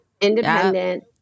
independent